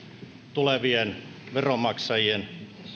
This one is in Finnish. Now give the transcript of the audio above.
tulevien veronmaksajien